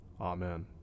Amen